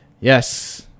Yes